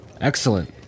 Excellent